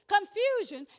Confusion